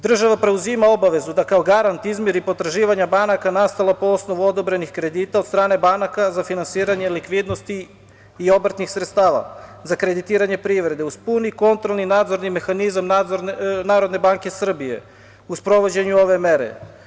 Država preuzima obavezu da kao garant izmiri potraživanja banaka, nastala po osnovu odobrenih kredita od strane banaka za finansiranje likvidnosti i obrtnih sredstava za kreditiranje privrede, uz puni kontrolni nadzorni mehanizam NBS u sprovođenju ove mere.